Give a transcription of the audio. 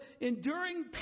enduring